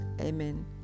Amen